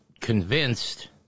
convinced